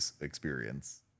experience